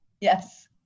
Yes